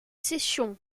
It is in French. sessions